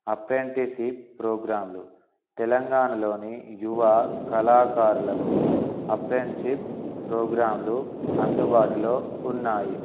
apprenticeship ప్రోగ్రాంలు తెలంగాణలోని యువ కళాకారులకు అప్రెంటిషిప్ ప్రోగ్రాంలు అందుబాటులో ఉన్నాయి